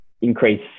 Increase